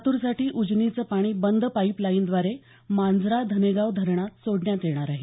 लातूरसाठी उजनीचं पाणी बंद पाईप लाईन द्वारे मांजरा धनेगाव धरणात सोडण्यात येणार आहे